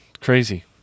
Crazy